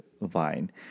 Vine